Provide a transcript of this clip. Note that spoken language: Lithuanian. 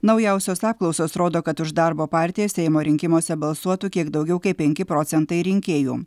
naujausios apklausos rodo kad už darbo partiją seimo rinkimuose balsuotų kiek daugiau kaip penki procentai rinkėjų